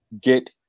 get